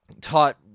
taught